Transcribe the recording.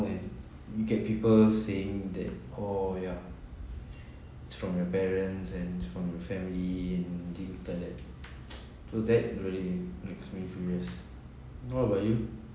you get people saying that orh ya it's from your parents and it's from your family things like that so that really makes me furious what about you